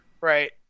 right